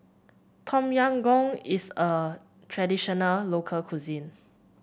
Tom Yam Goong is a traditional local cuisine